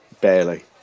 Barely